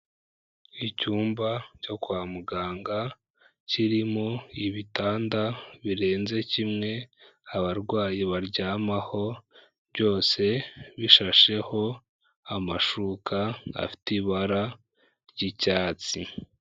Icyumba cyo kwa muganga kirimo ibitanda birenze kimwe abarwayi baryamaho, byose bishasheho amashuka afite ibara ry'icyatsi.